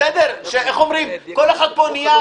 איך אומרים, כל אחד פה נהיה